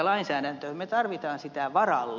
me tarvitsemme sitä varalle